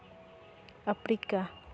Africa